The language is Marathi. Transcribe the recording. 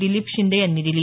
दिलीप शिंदे यांनी दिली